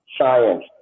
science